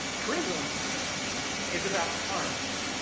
prism is about content.